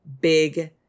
big